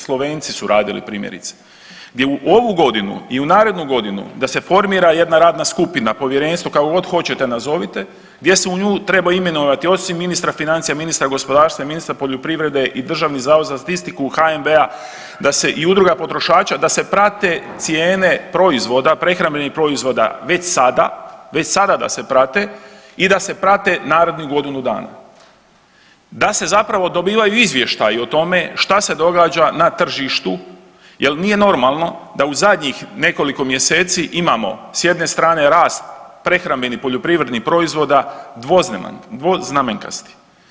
Slovenci su radili primjerice, gdje u ovu godinu i u narednu godinu da se formira jedna radna skupina, povjerenstvo kako god hoćete nazovite gdje se u nju treba imenovati osim ministra financija, ministar gospodarstva i ministar poljoprivrede i Državni zavod za statistiku HNB-a, da i udruga potrošača da se prate cijene proizvoda, prehrambenih proizvoda već sada, već sada da se prate i da se prate narednih godinu dana, da se zapravo dobivaju izvještaji o tome šta se događa na tržištu jel nije normalno da u zadnjih nekoliko mjeseci imamo s jedne strane rast prehrambenih poljoprivrednih proizvoda dvoznamenkasti.